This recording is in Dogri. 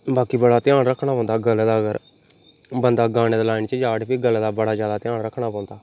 बाकी बड़ा ध्यान रक्खना पौंदा गले दा अगर बन्दा गाने दे लाइन च जा ते फ्ही गले दा बड़ा ज्यादा ध्यान रक्खना पौंदा